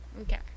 okay